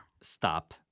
Stop